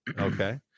okay